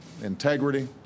integrity